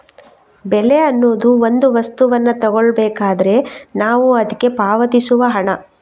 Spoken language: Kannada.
ಬೆಲೆ ಅನ್ನುದು ಒಂದು ವಸ್ತುವನ್ನ ತಗೊಳ್ಬೇಕಾದ್ರೆ ನಾವು ಅದ್ಕೆ ಪಾವತಿಸುವ ಹಣ